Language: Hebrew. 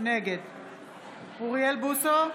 נגד אוריאל בוסו,